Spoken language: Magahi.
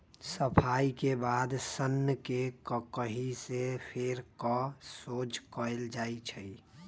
सफाई के बाद सन्न के ककहि से फेर कऽ सोझ कएल जाइ छइ